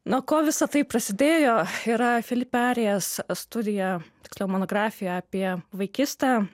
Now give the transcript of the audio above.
nuo ko visa tai prasidėjo yra filip erėjas studija tiksliau monografija apie vaikystę